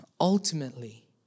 Ultimately